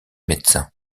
médecin